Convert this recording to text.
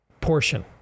portion